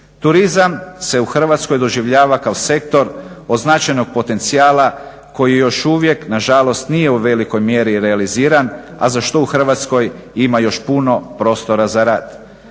Turizam se u Hrvatskoj doživljava kao sektor od značajnog potencijala koji još uvijek nažalost nije u velikoj mjeri realiziran a za što u Hrvatskoj ima još puno prostora za rad.